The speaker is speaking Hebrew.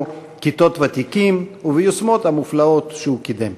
"כיתות ותיקים" וביוזמות המופלאות שהוא קידם.